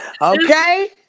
okay